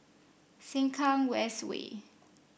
Sengkang West Way